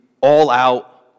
all-out